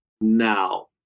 now